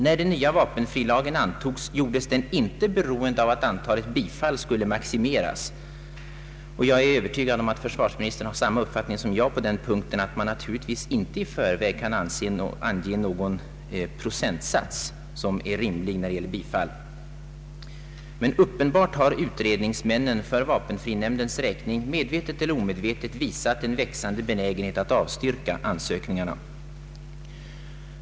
När den nya vapenfrilagen antogs gjordes den inte beroende av att antalet bifall skulle maximeras. Jag är övertygad om att försvarsministern har samma uppfattning som jag på den punkten, nämligen att man naturligtvis inte i förväg kan ange någon procentsats som är rimlig när det gäller bifall. Men uppenbart har utredningsmännen för vapenfrinämndens räkning medvetet eller omedvetet visat en växande benägenhet att avstyrka ansökningarna.